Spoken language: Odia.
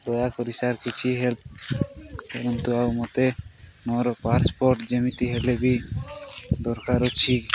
ଦୟାକରି ସାର୍ କିଛି ହେଲ୍ପ କରନ୍ତୁ ଆଉ ମୋତେ ମୋର ପାସପୋର୍ଟ ଯେମିତି ହେଲେ ବି ଦରକାର ଅଛି